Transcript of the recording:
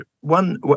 One